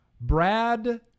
Brad